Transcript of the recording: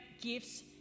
gifts